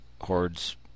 hordes